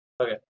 Okay